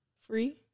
Free